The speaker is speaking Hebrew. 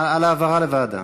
זה על העברה לוועדה.